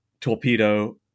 torpedo